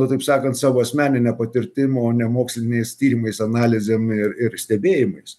na taip sakant savo asmenine patirtim o ne moksliniais tyrimais analizėm ir ir stebėjimais